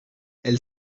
elle